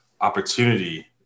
opportunity